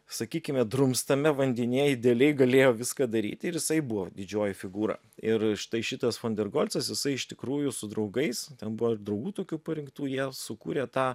sakykime drumstame vandenyje idealiai galėjo viską daryti ir jisai buvo didžioji figūra ir štai šitas fon der golcas jisai iš tikrųjų su draugais ten buvo ir draugų tokių parinktų jie sukūrė tą